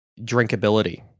drinkability